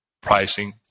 pricing